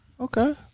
Okay